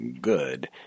good